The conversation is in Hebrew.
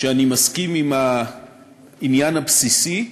שאני מסכים לעניין הבסיסי,